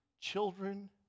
children